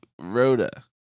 Rhoda